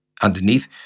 Underneath